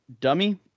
dummy